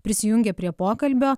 prisijungė prie pokalbio